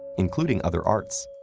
including other arts.